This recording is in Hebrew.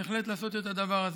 בהחלט, לעשות את הדבר הזה.